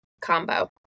combo